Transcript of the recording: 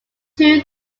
two